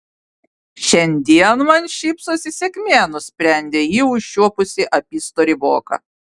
šiandien man šypsosi sėkmė nusprendė ji užčiuopusi apystorį voką